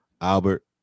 Albert